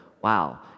wow